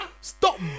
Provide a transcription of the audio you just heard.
stop